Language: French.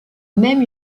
même